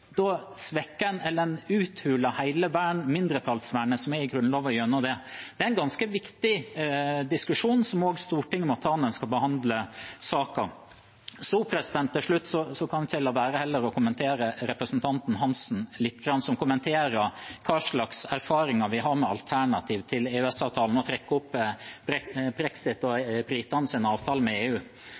Da svekker man, eller uthuler, hele mindretallsvernet som er i Grunnloven, gjennom det. Det er en ganske viktig diskusjon, som også Stortinget må ta når man skal behandle saken. Til slutt kan jeg heller ikke la være å kommentere representanten Hansen lite grann. Han kommenterer hva slags erfaringer vi har med alternativ til EØS-avtalen, og han trakk opp brexit og britenes avtale med EU.